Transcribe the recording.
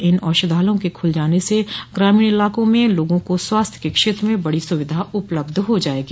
इन औषधालयों के खुल जाने से ग्रामीण इलाकों में लोगों को स्वास्थ्य के क्षेत्र में बड़ी सुविधा उपलब्ध हो जायेगी